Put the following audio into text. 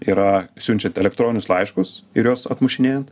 yra siunčiant elektroninius laiškus ir juos atmušinėjant